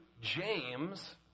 James